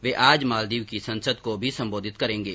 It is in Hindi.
वे आज मालदीव की संसद को भी संबोधित करेंगे